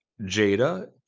Jada